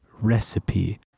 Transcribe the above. recipe